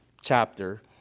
chapter